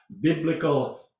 biblical